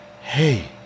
hey